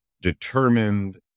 determined